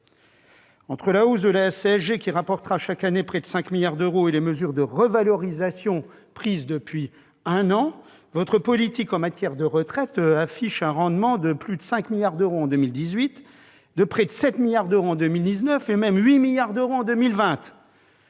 Entre la hausse de la CSG, qui rapportera chaque année près de 5 milliards d'euros, et les mesures de revalorisation prises depuis un an, votre politique en matière de retraite affiche un rendement de plus de 5 milliards d'euros en 2018, de près de 7 milliards d'euros en 2019 et même de 8 milliards d'euros en 2020.